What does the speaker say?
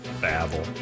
babble